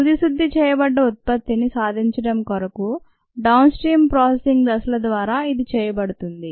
తుది శుద్ధి చేయబడ్డ ఉత్పత్తిని సాధించడం కొరకు డౌన్ స్ట్రీమ్ ప్రాసెసింగ్ దశల ద్వారా ఇది చేయబడుతుంది